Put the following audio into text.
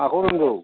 माखौ रोंगौ